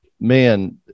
man